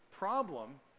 problem